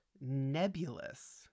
Nebulous